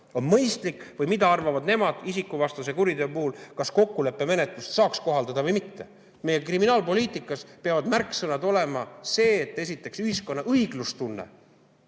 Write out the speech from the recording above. on mõistlik, või mida arvavad nemad isikuvastase kuriteo puhul, kas kokkuleppemenetlust saaks kohaldada või mitte. Meie kriminaalpoliitikas peavad märksõnad olema need, et esiteks, ühiskonna õiglustunne